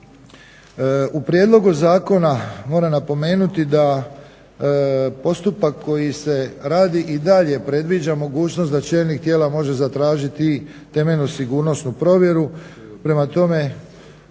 U prijedlogu zakona moram napomenuti da postupak koji se radi i dalje predviđa mogućnost da čelnik tijela može zatražiti temeljnu sigurnosnu provjeru, prema tome